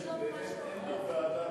אין לו ועדה.